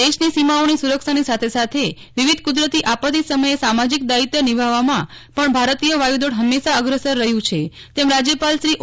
દેશની સીમાઓની સુરક્ષાની સાથેસાથે વિવિધ કુદરતી આપત્તિ સમયે સામાજિક દાયિત્વ નિભાવવામાં પણ ભારતીય વાયુદળ હંમેશા અગ્રેસર રહ્યું છેતેમ રાજ્યપાલ શ્રી ઓ